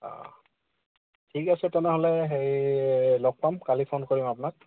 অঁ ঠিক আছে তেনেহ'লে হেৰি লগ পাম কালি ফোন কৰিম আপোনাক